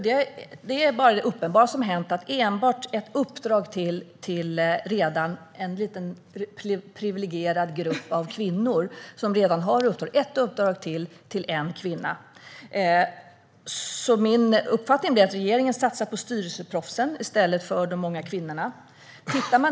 Det är bara det uppenbara som har hänt: fler uppdrag till en liten privilegierad grupp av kvinnor som redan har uppdrag. Min uppfattning är därför att regeringen nu satsar på styrelseproffsen i stället för på de många kvinnorna.